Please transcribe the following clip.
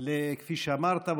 כפי שאמרת,